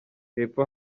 hepfo